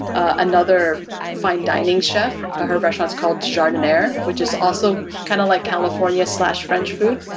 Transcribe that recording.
another fine dining chef. her restaurant is called jardiniere which is also kind of like california french food.